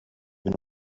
been